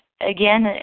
again